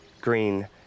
green